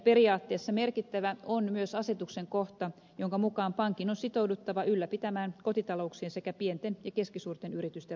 periaatteessa merkittävä on myös asetuksen kohta jonka mukaan pankin on sitouduttava ylläpitämään kotitalouksien sekä pienten ja keskisuurten yritysten rahoitushuoltoa